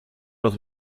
los